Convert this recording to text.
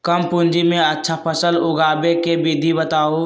कम पूंजी में अच्छा फसल उगाबे के विधि बताउ?